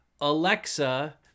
Alexa